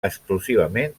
exclusivament